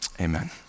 Amen